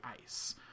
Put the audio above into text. ice